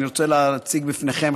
אני רוצה להציג בפניכם,